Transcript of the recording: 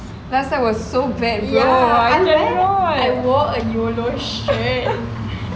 last time was so bad bro I walk at and you will know strength